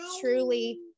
truly